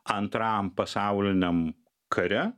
antram pasauliniam kare